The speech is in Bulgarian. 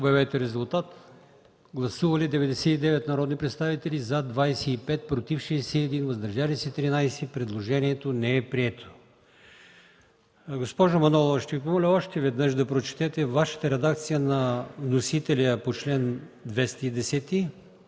от комисията. Гласували 99 народни представители: за 25, против 61, въздържали се 13. Предложението не е прието. Госпожо Манолова, ще Ви помоля още веднъж да прочетете Вашата редакция – на вносителя по чл. 210,